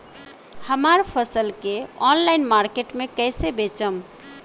हमार फसल के ऑनलाइन मार्केट मे कैसे बेचम?